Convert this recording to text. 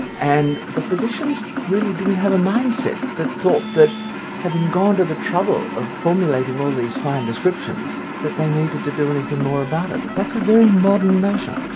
and the physicians really didn't have a mindset that thought that having gone to the trouble of formulating all these fine descriptions, that they needed to do anything more about it. that's a very modern notion.